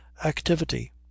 activity